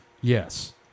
Yes